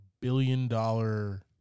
billion-dollar